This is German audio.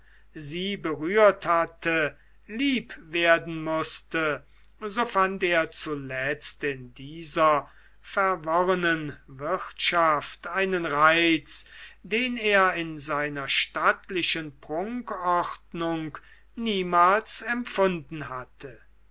sie berührt hatte lieb werden mußte so fand er zuletzt in dieser verworrenen wirtschaft einen reiz den er in seiner stattlichen prunkwohnung niemals empfunden hatte